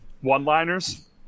one-liners